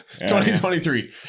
2023